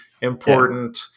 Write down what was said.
important